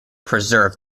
preserve